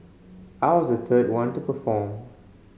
I was the third one to perform